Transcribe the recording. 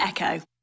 Echo